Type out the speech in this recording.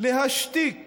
להשתיק